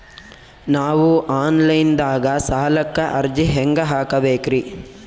ನಾವು online ದಾಗ ಸಾಲಕ್ಕ ಅರ್ಜಿ ಹೆಂಗ ಹಾಕಬೇಕ್ರಿ?